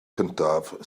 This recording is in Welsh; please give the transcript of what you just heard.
cyntaf